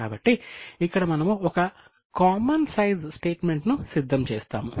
కాబట్టి ఇక్కడ మనము ఒక కామన్ సైజ్ స్టేట్మెంట్ను సిద్ధం చేస్తాము